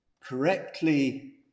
correctly